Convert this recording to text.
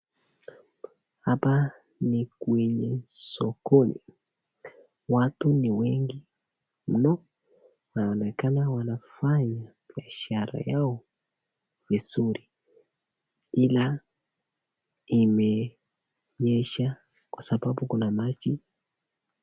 Hapa ni kwenye sokoni. Watu ni wengi mno, wanaonekana wanafanya biashara yao vizuri ila imenyesha kwa sababu kuna maji.